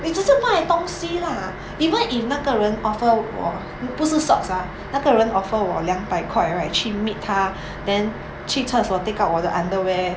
你只是卖东西 lah even if 那个人 offer 我不是 socks ah 那个人 offer 我两百块 right 去 meet 他 then 去厕所 take out 我的 underwear